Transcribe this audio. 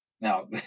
Now